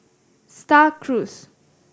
Star Cruise